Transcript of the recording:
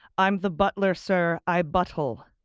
i'm the butler, sir. i buttle.